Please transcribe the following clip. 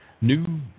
new